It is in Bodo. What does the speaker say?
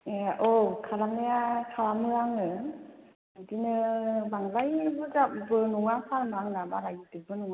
ए औ खालाम नाया खालामो आङो बिदिनो बांद्राय बुरजा बो नङा फार्मा आंना बारा गिदिरबो नङा